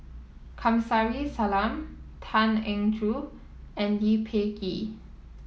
Kamsari Salam Tan Eng Joo and Lee Peh Gee